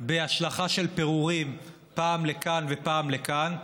בהשלכה של פירורים פעם לכאן ופעם לכאן,